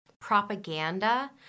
propaganda